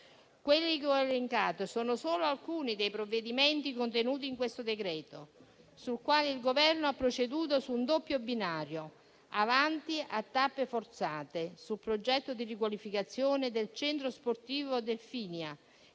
Quelli che ho elencato sono solo alcuni dei provvedimenti contenuti in questo decreto-legge, nel quale il Governo ha proceduto su un doppio binario: avanti a tappe forzate sul progetto di riqualificazione del centro sportivo Delphinia,